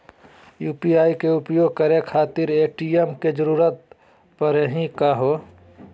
UPI के उपयोग करे खातीर ए.टी.एम के जरुरत परेही का हो?